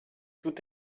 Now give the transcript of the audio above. tout